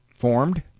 formed